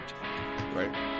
right